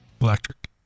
Electric